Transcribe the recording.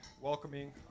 welcoming